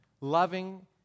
loving